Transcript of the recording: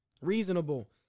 reasonable